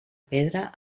pedra